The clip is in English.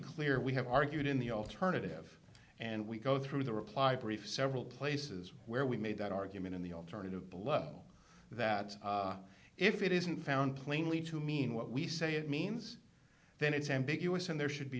clear we have argued in the alternative and we go through the reply brief several places where we made that argument in the alternative below that if it isn't found plainly to mean what we say it means then it's ambiguous and there should be